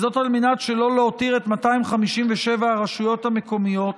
על מנת שלא להותיר את 257 הרשויות המקומיות